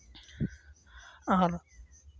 ᱟᱨ